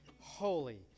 holy